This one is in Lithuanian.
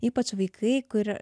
ypač vaikai kur